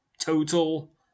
total